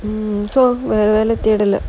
um so we're related